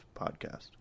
podcast